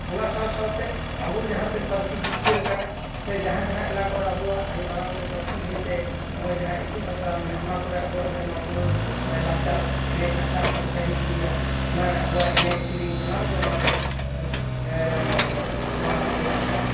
ᱚᱱᱟ ᱥᱟᱶ ᱥᱟᱶᱛᱮ ᱟᱵᱚ ᱡᱟᱦᱟᱸ ᱛᱮ ᱯᱟᱹᱨᱥᱤ ᱡᱤᱛᱠᱟᱹᱨ ᱠᱟᱱᱟ ᱥᱮ ᱡᱟᱦᱟᱸ ᱡᱟᱦᱟᱸ ᱮᱞᱟᱠᱟ ᱠᱚᱨᱮ ᱟᱵᱚᱣᱟᱜ ᱟᱭᱩ ᱟᱲᱟᱝ ᱛᱮ ᱯᱟᱹᱨᱥᱤ ᱛᱮ ᱱᱚᱜ ᱚᱭ ᱡᱟᱦᱟᱸ ᱤᱛᱩᱱ ᱟᱥᱲᱟ ᱢᱮᱱᱟᱜᱼᱟ ᱚᱱᱟ ᱠᱚᱨᱮ ᱟᱵᱚᱣᱟᱜ ᱥᱮᱨᱢᱟ ᱯᱩᱨᱟᱹᱣ ᱞᱟᱠᱪᱟᱨ ᱮᱱᱟᱡ ᱟᱠᱷᱲᱟ ᱠᱚ ᱥᱟᱦᱤ ᱡᱩᱦᱤᱭᱟ ᱚᱱᱟ ᱨᱮ ᱟᱵᱚᱮᱣᱟᱜ ᱮᱱᱮᱡ ᱥᱮᱨᱮᱧ ᱥᱟᱱᱟᱢ ᱜᱮ ᱚᱱᱟᱨᱮ ᱱᱚᱣᱟ ᱠᱚ